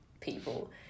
people